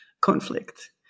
conflict